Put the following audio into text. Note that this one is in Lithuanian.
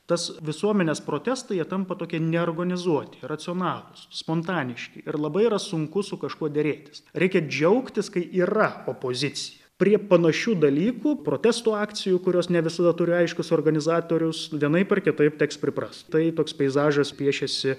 tas visuomenės protestai jie tampa tokie neorganizuoti iracionalūs spontaniški ir labai yra sunku su kažkuo derėtis reikia džiaugtis kai yra opozicija prie panašių dalykų protesto akcijų kurios ne visada turi aiškius organizatorius vienaip ar kitaip teks priprast tai toks peizažas piešiasi